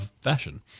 fashion